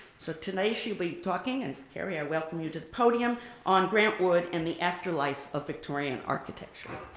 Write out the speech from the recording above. so today she'll be talking, and kerry i welcome you to the podium on grant wood and the after-life of victorian architecture.